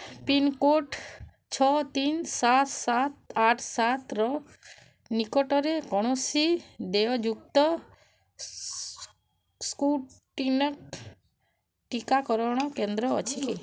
pincode ଛଅ ତିନ ସାତ ସାତ ଆଠ ସାତର ନିକଟରେ କୌଣସି ଦେୟଯୁକ୍ତ ସ୍କୁଟିନକ୍ ଟିକାକରଣ କେନ୍ଦ୍ର ଅଛି କି